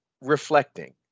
reflecting